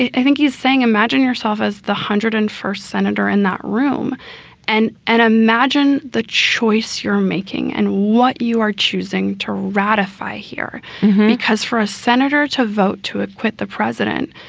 i think he's saying imagine yourself as the hundred and first senator in that room and and imagine the choice you're making and what you are choosing to ratify here because for a senator to vote, to acquit the president,